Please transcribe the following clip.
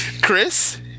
Chris